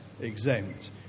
exempt